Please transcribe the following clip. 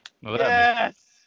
Yes